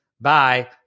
bye